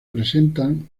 presentan